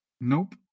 Nope